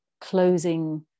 closing